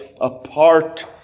apart